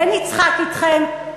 ונצחק אתכם,